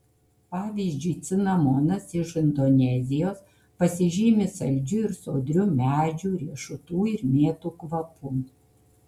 pavyzdžiui cinamonas iš indonezijos pasižymi saldžiu ir sodriu medžių riešutų ir mėtų kvapu